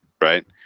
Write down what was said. right